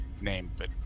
name—but